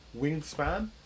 wingspan